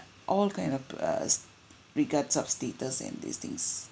all kind of pers~ regards of status and these things